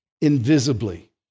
invisibly